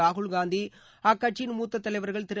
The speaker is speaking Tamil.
ராகுல் காந்தி அக்கட்சியின் மூத்த தலைவர்கள் திரு